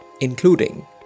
including